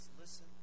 listen